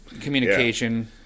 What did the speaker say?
communication